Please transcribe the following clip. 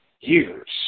years